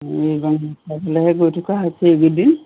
গৈ থকা হৈছে এইকেইদিন